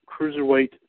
Cruiserweight